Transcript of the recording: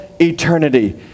eternity